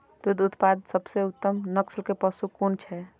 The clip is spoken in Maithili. दुग्ध उत्पादक सबसे उत्तम नस्ल के पशु कुन छै?